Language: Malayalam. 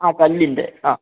ആ കല്ലിൻ്റെ ആ